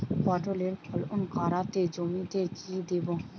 পটলের ফলন কাড়াতে জমিতে কি দেবো?